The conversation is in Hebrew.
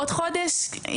עוד חודש,